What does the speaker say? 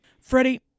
Freddie